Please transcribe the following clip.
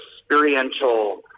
experiential